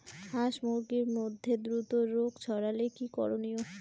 হাস মুরগির মধ্যে দ্রুত রোগ ছড়ালে কি করণীয়?